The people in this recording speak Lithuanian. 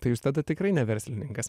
tai jūs tada tikrai ne verslininkas